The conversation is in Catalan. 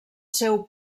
seu